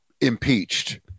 impeached